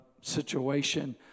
situation